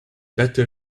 better